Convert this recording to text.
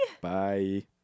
Bye